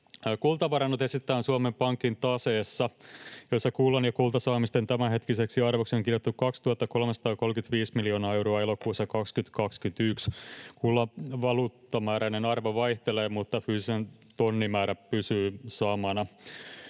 Kultavarannot esitetään Suomen Pankin taseessa, jossa kullan ja kultasaamisten tämänhetkiseksi arvoksi on kirjattu 2 335 miljoonaa euroa elokuussa 2021. Kullan valuuttamääräinen arvo vaihtelee, mutta fyysinen tonnimäärä pysyy samana.